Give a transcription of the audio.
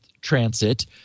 transit